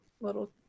little